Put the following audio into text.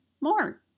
more